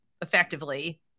effectively